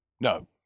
No